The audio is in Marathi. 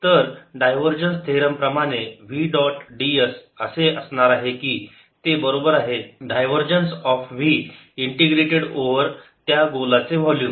Vxyzx2ixyzjy2zk तर डायव्हरजन्स थेरम प्रमाणे v डॉट ds असे असणार आहे की ते बरोबर आहे divergence of v integrated over त्या गोलाचे वोल्युम